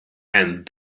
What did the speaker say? and